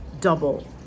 double